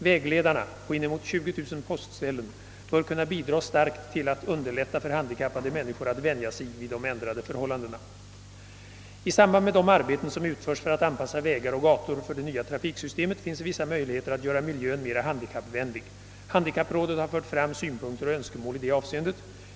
Vägledarna — på inemot 20 000 postställen — bör kunna bidra starkt till att underlätta för handikappade människor att vänja sig vid de ändrade förhållandena. I samband med arbeten som utförs för att anpassa vägar och gator för det nya trafiksystemet finns vissa möjligheter att göra miljön mera handikappvänlig. Handikapprådet har fört fram synpunkter och önskemål i det avseendet.